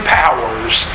powers